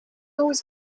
always